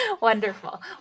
Wonderful